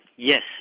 yes